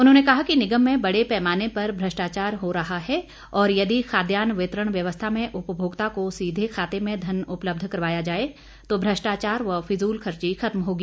उन्होंने कहा कि निगम में बड़े पैमाने पर भ्रष्टाचार हो रहा है और यदि खाद्यान वितरण व्यवस्था में उपभोक्ता को सीधे खाते में धन उपलब्ध करवाया जाए तो भ्रष्टाचार व फिजूलखर्ची खत्म होगी